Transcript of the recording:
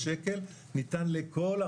זה כולל